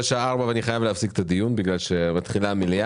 השעה 16:00 ואני חייב להפסיק את הדיון כי המליאה מתחילה.